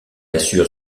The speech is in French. assure